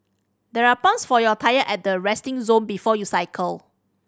there are pumps for your tyres at the resting zone before you cycle